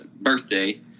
birthday